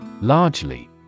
Largely